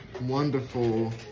wonderful